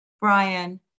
Brian